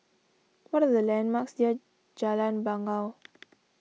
what are the landmarks near Jalan Bangau